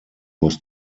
was